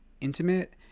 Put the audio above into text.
intimate